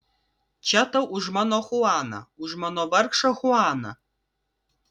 čia tau už mano chuaną už mano vargšą chuaną